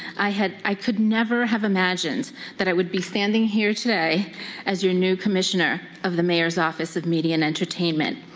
i had i could never have imagined that i would be standing here today as your new commissioner of the mayor's office of media and entertainment.